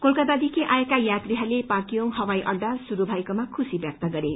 कोलकत्तादखि आएका यात्रीहरूले पाक्योंग हवाई अहा शुरू भएकोमा खुशी व्यक्त गरे